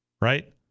right